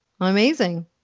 Amazing